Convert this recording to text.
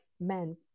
men